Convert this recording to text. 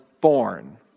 born